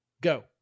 Go